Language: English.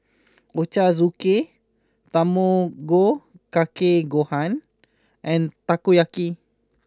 Ochazuke Tamago Kake Gohan and Takoyaki